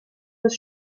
des